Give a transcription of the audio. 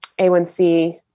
A1C